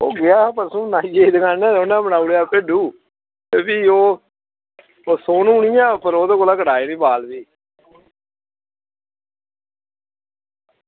ओह् गेआ परसों नाई दी दुकान उप्पर उन्ने बनाई ओड़ेआ भिड्डु ते भी ओह् सोनू निं ऐ भी ओह्दे कोला कटाये बाल भी